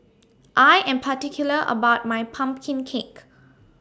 I Am particular about My Pumpkin Cake